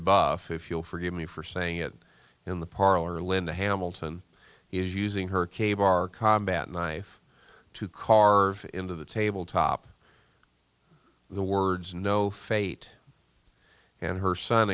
buff if you'll forgive me for saying it in the parlor linda hamilton is using her k bar combat knife to carve into the table top the words no fate and her son